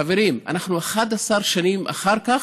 חברים, אנחנו 11 שנים אחר כך,